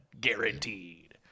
Guaranteed